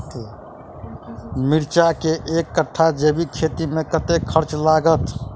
मिर्चा केँ एक कट्ठा जैविक खेती मे कतेक खर्च लागत?